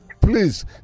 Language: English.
please